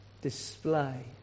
Display